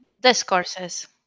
discourses